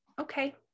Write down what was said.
Okay